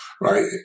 right